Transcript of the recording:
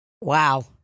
Wow